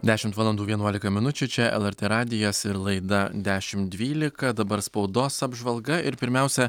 dešimt valandų vienuolika minučių čia lrt radijas ir laida dešim dvylika dabar spaudos apžvalga ir pirmiausia